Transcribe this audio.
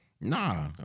Nah